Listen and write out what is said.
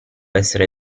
essere